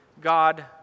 God